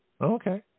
Okay